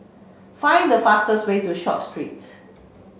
find the fastest way to Short Street